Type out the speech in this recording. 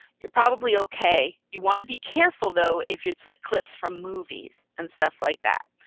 you're probably okay. you want to be careful though, if it's like clips from movies and stuff like that.